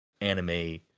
anime